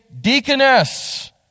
deaconess